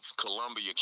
Columbia